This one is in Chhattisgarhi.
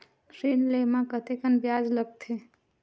ऋण ले म कतेकन ब्याज लगथे?